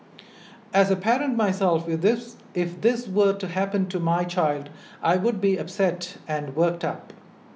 as a parent myself if this were to happen to my child I would be upset and worked up